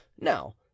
now